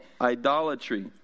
idolatry